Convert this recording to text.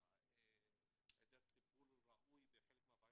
והיעדר טיפול ראוי בחלק מהבעיות,